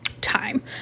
time